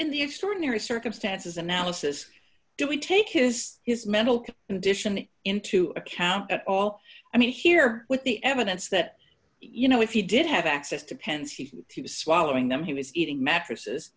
in the extraordinary circumstances analysis if we take his his mental condition into account at all i mean here with the evidence that you know if he did have access to pens he said he was swallowing them he was eating mattresses